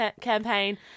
campaign